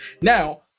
Now